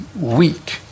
weak